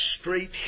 straight